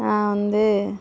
நான் வந்து